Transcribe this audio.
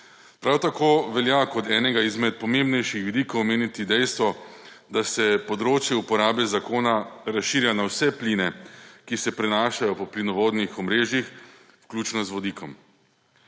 Prav tako velja kot enega izmed pomembnejših vidikov omeniti dejstvo, da se področje uporabe zakona razširja na vse pline, ki se prenašajo po plinovodnih omrežjih, vključno z vodikom.